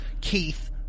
keith